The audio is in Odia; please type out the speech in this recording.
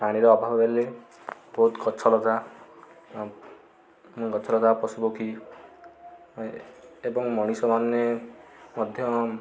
ପାଣିର ଅଭାବ ହେଲେ ବହୁତ ଗଛ ଲତା ଗଛଲତା ପଶୁ ପକ୍ଷୀ ଏବଂ ମଣିଷମାନେ ମଧ୍ୟ